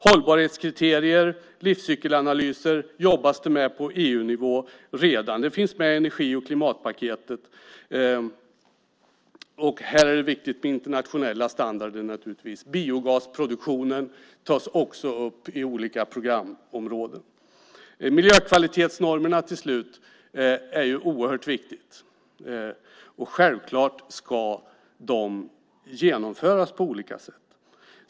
Hållbarhetskriterier och livscykelanalyser jobbas det redan med på EU-nivå. Det finns med i energi och klimatpaketet. Här är det viktigt med internationella standarder. Biogasproduktionen tas också upp i olika program. Till slut kommer jag till frågan om miljökvalitetsnormerna. Det är oerhört viktigt. Självklart ska de genomföras på olika sätt.